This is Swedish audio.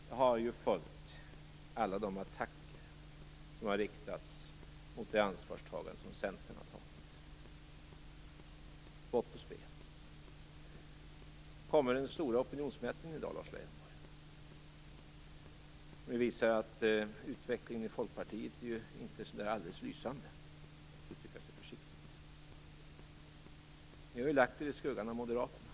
Jag har ju följt alla de attacker som har riktats mot det ansvarstagande som Centern har stått för. Det har varit spott och spe. Nu kommer den stora opinionsmätningen i dag, Lars Leijonborg, som visar att utvecklingen i Folkpartiet inte är så där alldeles lysande för att uttrycka sig försiktigt. Ni har ju lagt er i skuggan av Moderaterna.